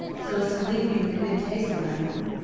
so as to leave me with a good taste in my mouth.